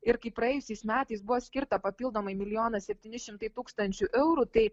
ir kai praėjusiais metais buvo skirta papildomai milijonas septyni šimtai tūkstančių eurų tai